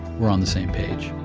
we're on the same page.